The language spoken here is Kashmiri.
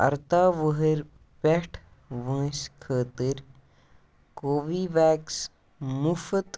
اَرداہ وُہٕرۍ پٮ۪ٹھ وٲنٛسہِ خٲطرٕ کووِی ویٚکس مُفٕت